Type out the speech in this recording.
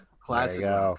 Classic